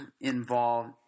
involved –